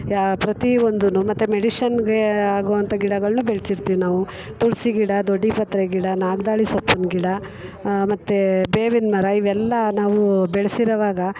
ಪ್ರಾ ಪ್ರತೀ ಒಂದೂ ಮತ್ತೆ ಮೆಡಿಷನ್ಗೇ ಆಗುವಂಥ ಗಿಡಗಳನ್ನ ಬೆಳ್ಸಿರ್ತೀವಿ ನಾವು ತುಳಸಿ ಗಿಡ ದೊಡ್ಡ ಪತ್ರೆ ಗಿಡ ನಾಗ್ದಾಳಿ ಸೊಪ್ಪಿನ ಗಿಡ ಮತ್ತು ಬೇವಿನ ಮರ ಇವೆಲ್ಲ ನಾವು ಬೆಳೆಸಿರೋವಾಗ